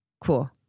Cool